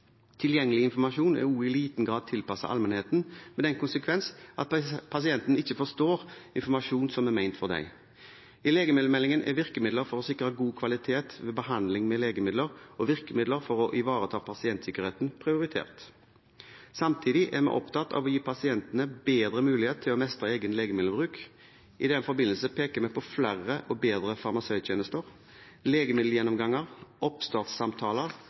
Tilgjengelig informasjon er også i liten grad tilpasset allmennheten, med den konsekvens at pasienten ikke forstår informasjon som er ment for dem. I legemiddelmeldingen er virkemidler for å sikre god kvalitet ved behandling med legemidler og virkemidler for å ivareta pasientsikkerheten prioritert. Samtidig er vi opptatt av å gi pasientene bedre mulighet til å mestre egen legemiddelbruk. I den forbindelse peker vi på flere og bedre farmasøyttjenester, legemiddelgjennomganger,